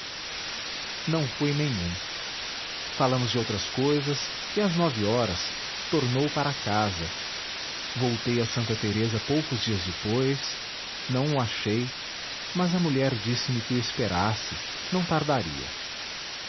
não foi nenhum falamos de outras cousas e às nove horas tornou para casa voltei a santa teresa poucos dias depois não o achei mas a mulher disseme que o esperasse não tardaria